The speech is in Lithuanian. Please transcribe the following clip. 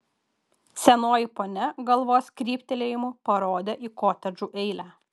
senoji ponia galvos kryptelėjimu parodė į kotedžų eilę